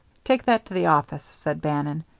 take that to the office, said bannon.